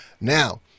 Now